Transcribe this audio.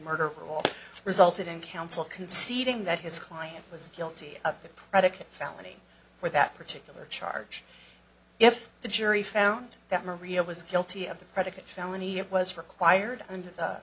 murder rule resulted in counsel conceding that his client was guilty of the predicate felony for that particular charge if the jury found that maria was guilty of the predicate felony it was required and the